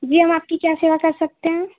जी हम आपकी क्या सेवा कर सकते हैं